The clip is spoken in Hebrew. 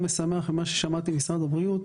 מאוד משמח מה ששמענו ממשרד הבריאות